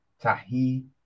Tahi